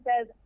says